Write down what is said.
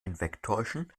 hinwegtäuschen